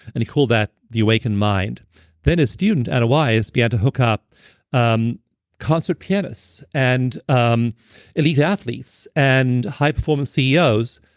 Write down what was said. and he called that the awakened mind then his student anna wise began to hook up um concert pianists, and um elite athletes, and high performance ceos.